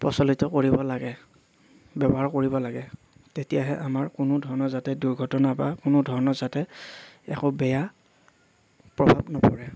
প্ৰচলিত কৰিব লাগে ব্যৱহাৰ কৰিব লাগে তেতিয়াহে আমাৰ কোনো ধৰণৰ যাতে দুৰ্ঘটনা বা কোনো ধৰণৰ যাতে একো বেয়া প্ৰভাৱ নপৰে